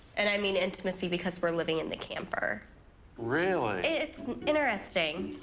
and i mean intimacy, because we're living in the camper really? it's interesting,